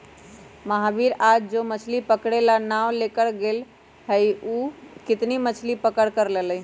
महावीर आज जो मछ्ली पकड़े ला नाव लेकर गय लय हल ऊ कितना मछ्ली पकड़ कर लल कय?